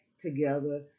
together